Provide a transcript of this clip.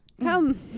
come